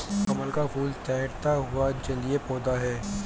कमल का फूल तैरता हुआ जलीय पौधा है